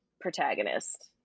protagonist